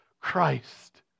Christ